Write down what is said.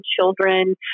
children